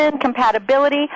compatibility